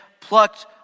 plucked